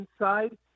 inside